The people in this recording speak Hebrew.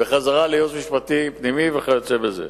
וחזרה לייעוץ משפטי פנימי וכיוצא בזה.